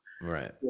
Right